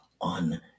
on